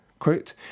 Quote